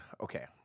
Okay